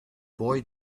boy